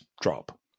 drop